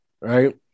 right